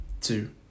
two